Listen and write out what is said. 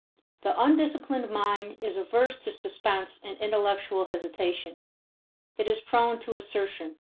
the undisciplined mind is averse to suspense and intellectual hesitation it is prone to assertion.